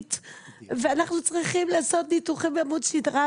ואנחנו צריכים לעשות ניתוחים בעמוד שדרה.